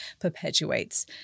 perpetuates